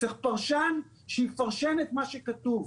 צריך פרשן שיפרש מה שכתוב.